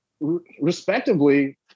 respectively